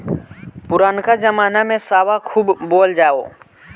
पुरनका जमाना में सावा खूब बोअल जाओ